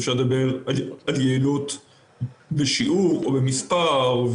אפשר לדבר על יעילות בשיעור או במספר,